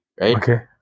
Okay